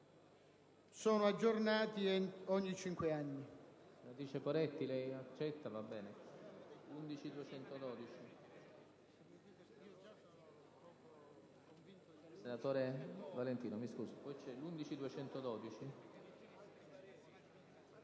sono aggiornati ogni cinque anni».